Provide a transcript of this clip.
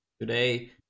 today